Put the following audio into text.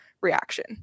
reaction